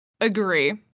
agree